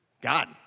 God